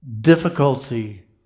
difficulty